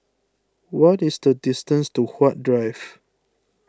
what is the distance to Huat Drive